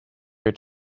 her